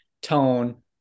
tone